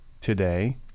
today